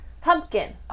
Pumpkin